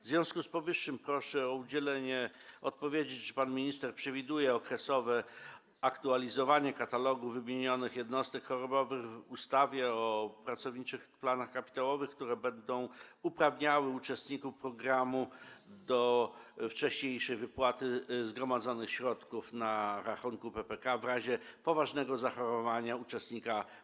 W związku z powyższym proszę o udzielenie odpowiedzi: Czy pan minister przewiduje okresowe aktualizowanie katalogu wymienionych jednostek chorobowych w ustawie o pracowniczych planach kapitałowych, które będą uprawniały uczestników programu do wcześniejszej wypłaty środków zgromadzonych na rachunku PPK w razie poważnego zachorowania takiego uczestnika?